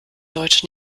deutsch